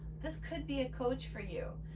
this could be a coach for you.